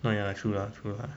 no ya true lah true lah